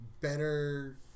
better